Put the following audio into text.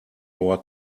our